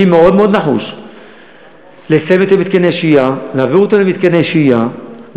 אני מאוד מאוד נחוש לסיים את הקמת מתקני השהייה,